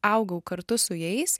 augau kartu su jais